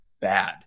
bad